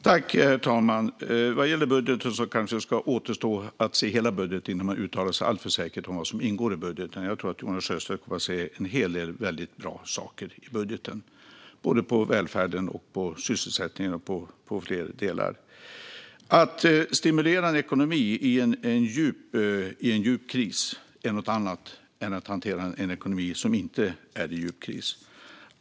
Herr talman! Vad gäller budgeten kanske man ska se hela budgeten innan man uttalar sig alltför säkert om vad som ingår i den. Jag tror att Jonas Sjöstedt kommer att se en hel del väldigt bra saker i budgeten när det gäller välfärden, sysselsättningen och andra delar. Att stimulera en ekonomi i en djup kris är något annat än att hantera en ekonomi som inte är i djup kris.